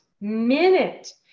minute